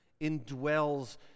indwells